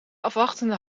afwachtende